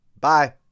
Bye